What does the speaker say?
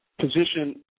position